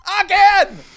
again